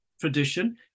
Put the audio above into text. tradition